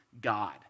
God